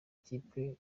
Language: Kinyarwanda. ikipe